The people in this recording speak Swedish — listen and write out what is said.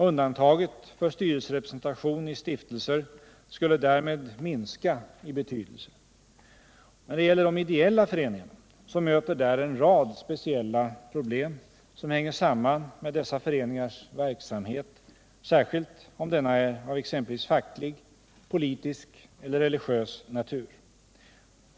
Undantaget för styrelserepresentation i stiftelser skulle därmed minska i betydelse. När det gäller de ideella föreningarna, möter där en rad speciella problem som hänger samman med dessa föreningars verksamhet, särskilt om denna är av exempelvis facklig, politisk eller religiös natur.